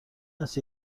است